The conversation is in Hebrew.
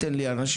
אין לי אנשים,